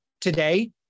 today